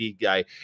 guy